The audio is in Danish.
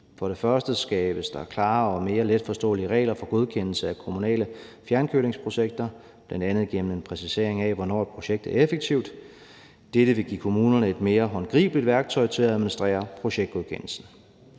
For det første skabes der klare og mere letforståelige regler for godkendelse af kommunale fjernkølingsprojekter bl.a. gennem en præcisering af, hvornår et projekt er effektivt. Dette vil give kommunerne et mere håndgribeligt værktøj til at administrere projektgodkendelsen.